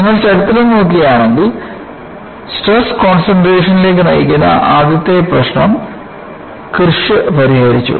നിങ്ങൾ ചരിത്രം നോക്കുകയാണെങ്കിൽ സ്ട്രെസ് കോൺസെൻട്രേഷനിലേക്ക് നയിക്കുന്ന ആദ്യത്തെ പ്രശ്നം കിർഷ് പരിഹരിച്ചു